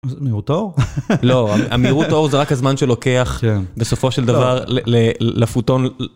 המהירות האור זה רק הזמן שלוקח בסופו של דבר לפוטון.